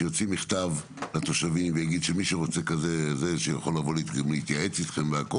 שיוציא מכתב לתושבים ויגיד שמי שרוצה כזה יכול לבוא להתייעץ איתכם והכל